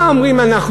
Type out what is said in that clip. מה אומרים אנחנו?